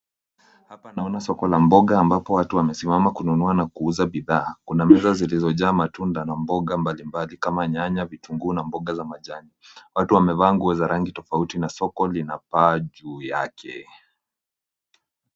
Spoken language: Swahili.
Hapa naona soko la mboga ambapo watu wamesimama kununua na kuuza bidhaa . Kuna meza zilizojaa matunda na mboga mbalimbali kama nyanya , vitunguu na mboga za majani. Watu wamevaa nguo za rangi tofauti na soko lina paa juu yake.